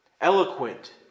eloquent